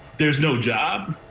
there's no job,